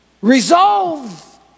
Resolve